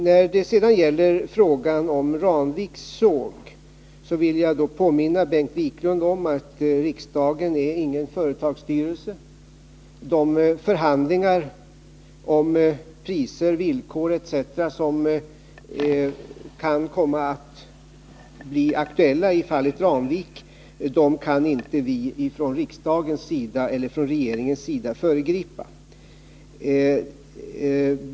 När det sedan gäller frågan om Ramviks såg vill jag påminna Bengt Wiklund om att riksdagen inte är någon företagsstyrelse. De förhandlingar om priser, villkor etc. som kan komma att bli aktuella i fallet Ramvik kan inte vi från riksdagens eller regeringens sida föregripa.